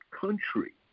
country